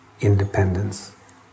independence